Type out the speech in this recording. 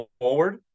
forward